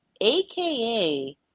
aka